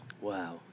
Wow